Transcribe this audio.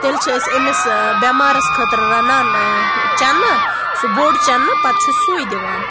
تیٚلہِ چھِ أسۍ امِس بیٚمارَس خٲطرٕ رَنان چَنہٕ سُہ بوٚڈ چَنہٕ پَتہٕ چھُ سُے دِوان